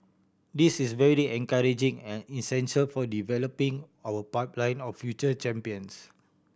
this is very encouraging and essential for developing our pipeline of future champions